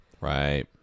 Right